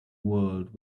world